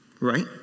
Right